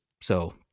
So-